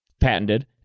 patented